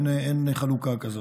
אין חלוקה כזאת.